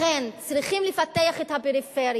לכן, צריכים לפתח את הפריפריה.